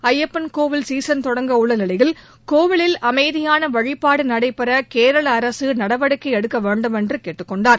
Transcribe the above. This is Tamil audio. ஐயப்பன் கோவில் சீசன் தொடங்க உள்ள நிலையில் கோவிலில் அமைதியான வழிபாடு நடைபெற கேரள அரசு நடவடிக்கை எடுக்க வேண்டுமென்று கேட்டுக் கொண்டார்